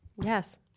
yes